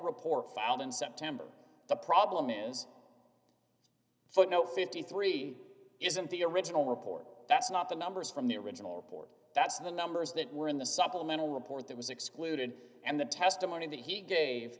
report filed in september the problem is footnote fifty three isn't the original report that's not the numbers from the original report that's the numbers that were in the supplemental report that was excluded and the testimony that he gave